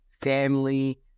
family